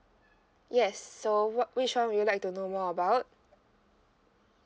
yes so what which one would you like to know more about